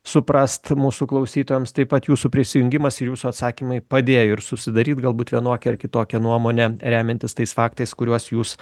suprast mūsų klausytojams taip pat jūsų prisijungimas ir jūsų atsakymai padėjo ir susidaryt galbūt vienokią ar kitokią nuomonę remiantis tais faktais kuriuos jūs